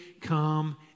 come